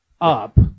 up